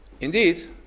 Indeed